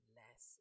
less